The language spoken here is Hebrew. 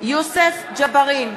יוסף ג'בארין,